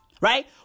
right